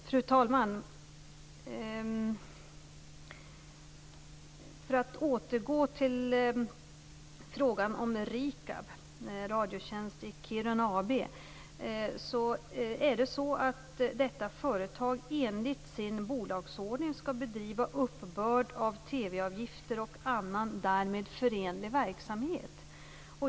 Fru talman! Jag vill återgå till frågan om RIKAB, Radiotjänst i Kiruna AB. Detta företag skall enligt sin bolagsordning bedriva uppbörd av TV-avgifter och annan därmed förenlig verksamhet.